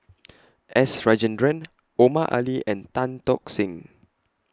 S Rajendran Omar Ali and Tan Tock Seng